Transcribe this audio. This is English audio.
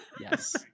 yes